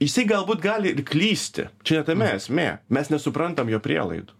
jisai galbūt gali ir klysti čia ne tame esmė mes nesuprantam jo prielaidų